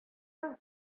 бар